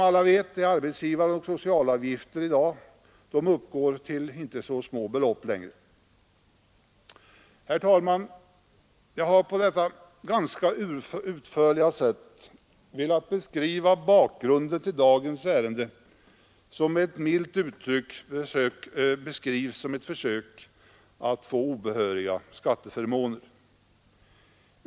Arbetsgivaravgiften och socialavgiften uppgår som alla vet numera till inte så obetydliga belopp. Herr talman! Jag har på detta ganska utförliga sätt velat redogöra för bakgrunden till dagens ärende, som med ett milt uttryck beskrivs som ett försök att hindra obehöriga skatteförmåner.